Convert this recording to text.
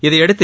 இதையடுத்து